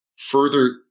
Further